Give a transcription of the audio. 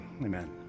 Amen